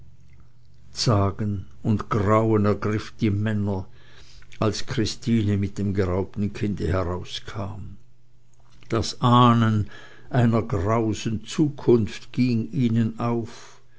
zagen und grauen ergriff die männer als christine mit dem geraubten kinde herauskam das ahnen einer grausen zukunft ging ihnen auf